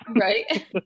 Right